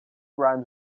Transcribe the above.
rhymes